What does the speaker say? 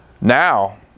now